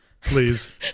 please